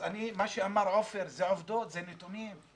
מה שאמר עופר אלה עובדות, זה נתונים,